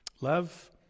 love